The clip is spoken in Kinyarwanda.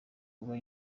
kuba